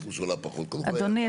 אדוני,